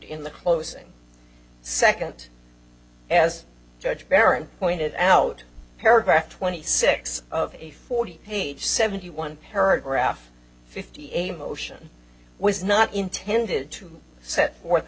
in the closing second as judge karen pointed out paragraph twenty six of a forty page seventy one paragraph fifty a motion was not intended to set or